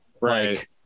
right